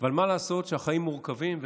אבל מה לעשות שהחיים מורכבים,